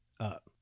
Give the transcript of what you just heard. up